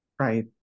right